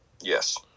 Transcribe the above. Yes